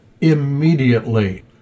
immediately